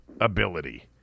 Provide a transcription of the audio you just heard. ability